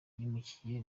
yimukiye